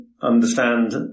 understand